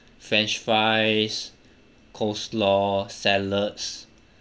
french fries coleslaw salads